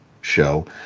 show